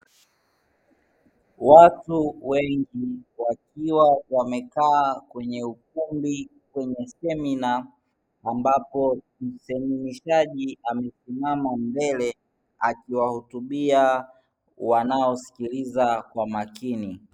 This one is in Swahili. Watu wengi wakiwa wamekaa kwenye ukumbi kwenye semina ambapo msemeshaji amesimama mbele akiwahutubia wanaosikiliza kwa makini.